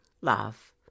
love